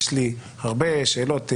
יש לי הרבה שאלות.